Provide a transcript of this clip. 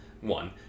one